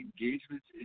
engagements